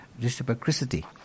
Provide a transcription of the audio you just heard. reciprocity